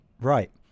right